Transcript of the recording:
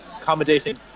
accommodating